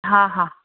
हा हा